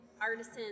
artisan